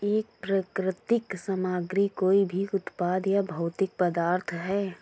एक प्राकृतिक सामग्री कोई भी उत्पाद या भौतिक पदार्थ है